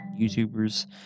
youtubers